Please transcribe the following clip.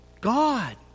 God